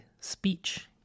speech